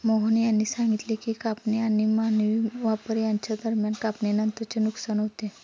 मोहन यांनी सांगितले की कापणी आणि मानवी वापर यांच्या दरम्यान कापणीनंतरचे नुकसान होते